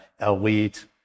elite